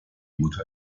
mutter